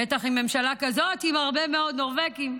בטח עם ממשלה כזו עם הרבה מאוד נורבגים.